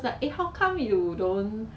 but then I think it will be